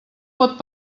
pot